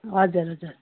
हजुर हजुर